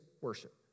worship